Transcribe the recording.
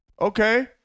Okay